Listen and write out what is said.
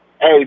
Hey